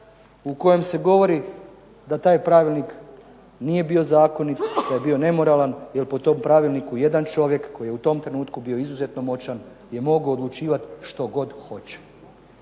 u kojem se govori da taj pravilnik nije bio zakonit, da je bio nemoralan, jer po tom pravilniku jedan čovjek koji je u tom trenutku bio izuzetno moćan je mogao odlučivati što god hoće.